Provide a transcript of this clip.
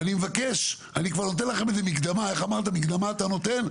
איך אמרת, מקדמה אתה נותן?